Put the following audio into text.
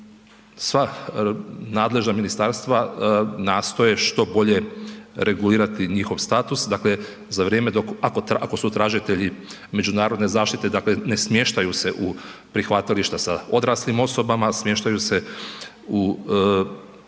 sva nadležna ministarstva nastoje što bolje regulirati njihov status, dakle ako su tražitelji međunarodne zaštite ne smještaju se u prihvatilišta sa odraslim osobama, smještaju se u objekte